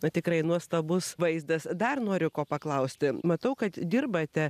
na tikrai nuostabus vaizdas dar noriu ko paklausti matau kad dirbate